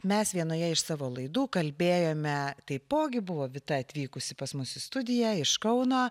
mes vienoje iš savo laidų kalbėjome taipogi buvo vita atvykusi pas mus į studiją iš kauno